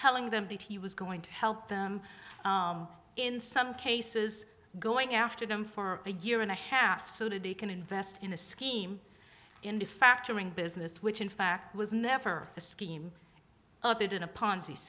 telling them that he was going to help them in some cases going after them for a year and a half so that they can invest in a scheme in the factoring business which in fact was never the scheme they did a ponzi